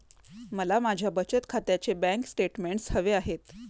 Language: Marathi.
मला माझ्या बचत खात्याचे बँक स्टेटमेंट्स हवे आहेत